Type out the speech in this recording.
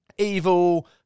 Evil